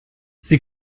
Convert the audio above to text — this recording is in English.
sie